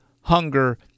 hunger